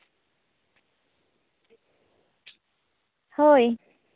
ᱦᱳᱭ